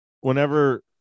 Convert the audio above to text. whenever